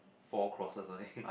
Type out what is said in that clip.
four crosses on it